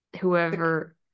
whoever